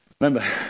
remember